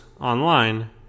online